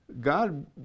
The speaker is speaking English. God